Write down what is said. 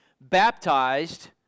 baptized